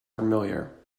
familiar